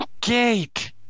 Gate